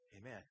amen